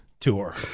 Tour